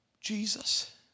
Jesus